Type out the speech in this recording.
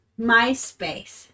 MySpace